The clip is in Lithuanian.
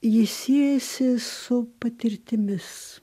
jis siejasi su patirtimis